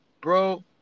bro